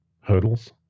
hurdles